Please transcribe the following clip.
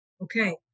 Okay